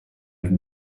have